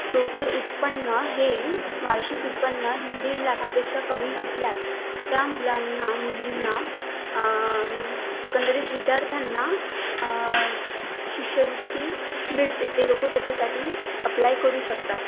total उत्पन्न हे वार्षिक उत्पन्न हे दीड लाखापेक्षा कमी असल्यास त्या मुलांना मुलींना एकंदरीत विद्यार्थ्यांना शिष्यवृत्ती मिळते ते लोकं त्याच्यासाठी अप्लाय करू शकतात